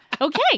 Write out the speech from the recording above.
Okay